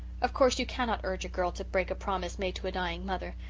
of course, you cannot urge a girl to break a promise made to a dying mother,